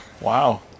Wow